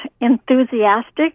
enthusiastic